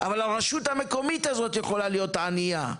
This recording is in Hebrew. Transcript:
אבל הרשות המקומית הזו יכולה להיות ענייה.